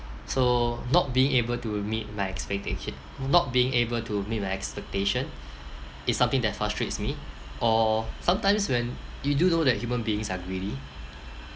so not being able to meet my expectation not being able to meet my expectation is something that frustrates me or sometimes when you do know that human beings are greedy